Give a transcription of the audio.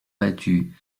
battu